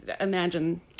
imagine